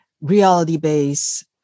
reality-based